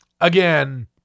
again